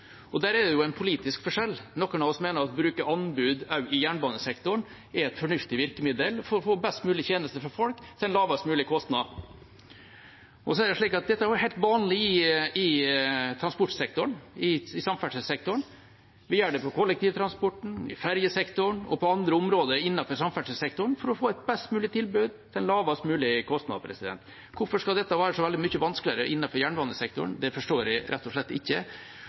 Der er det jo en politisk forskjell. Noen av oss mener at å bruke anbud også i jernbanesektoren er et fornuftig virkemiddel for å få best mulig tjeneste for folk til en lavest mulig kostnad. Dette er jo helt vanlig i transportsektoren, i samferdselssektoren. Vi gjør det innen kollektivtransporten, i ferjesektoren og på andre områder innenfor samferdselssektoren, for å få et best mulig tilbud til en lavest mulig kostnad. Hvorfor skal dette være så veldig mye vanskeligere innenfor jernbanesektoren? Det forstår jeg rett og slett ikke.